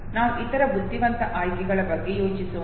ನಾವು ಇತರ ಬುದ್ಧಿವಂತ ಆಯ್ಕೆಗಳ ಬಗ್ಗೆ ಯೋಚಿಸೋಣ